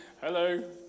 Hello